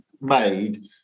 made